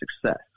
success